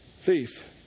thief